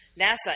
NASA